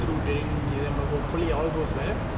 through during december hopefully all goes well